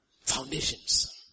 Foundations